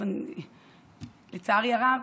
לצערי הרב,